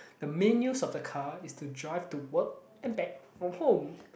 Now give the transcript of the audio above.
the main use of the car is to drive to work and back from home